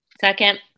Second